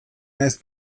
naiz